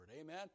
Amen